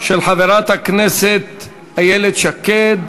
של חברת הכנסת איילת שקד.